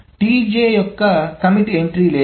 మరియు Tj యొక్క commit entry లేదు